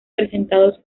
presentados